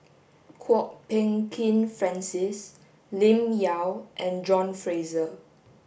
Kwok Peng Kin Francis Lim Yau and John Fraser